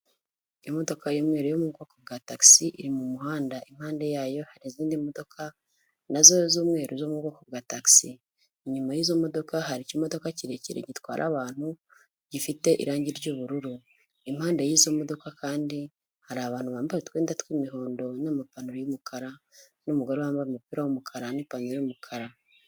Imodoka y'umweru yo mu bwoko bwa tagisi iri mu muhanda, impande yayo hari izindi modoka nazo z'umweru zo mu bwoko bwa tagisi, inyuma y'izo modoka hari imodoka kirekire gitwara abantu gifite irangi ry'ubururu, impande yi'izo modoka kandi hari abantu bambaye utwenda tw'imihondo n'amapantaro y'umukara, n'umugore wambaye umupira w'umukara n'ipantaro y'umukara.